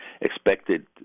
expected